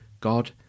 God